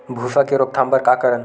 भूरा के रोकथाम बर का करन?